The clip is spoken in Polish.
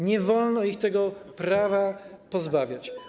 Nie wolno ich tego prawa pozbawiać.